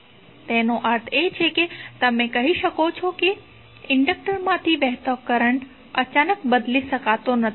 તો તેનો અર્થ એ છે કે તમે કહી શકો છો કે ઇન્ડક્ટર માથી વહેતો કરંટ અચાનક બદલી શકતો નથી